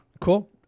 Cool